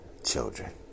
children